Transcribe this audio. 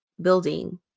building